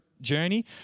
journey